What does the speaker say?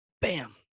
bam